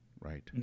Right